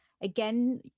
again